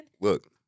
Look